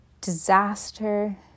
disaster